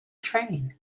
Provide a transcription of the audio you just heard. train